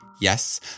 Yes